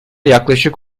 yaklaşık